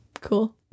Cool